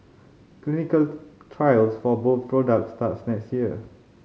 clinical trials for both products starts next year